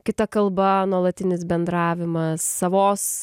kita kalba nuolatinis bendravimas savos